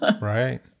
Right